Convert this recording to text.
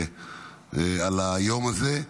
על היום הזה.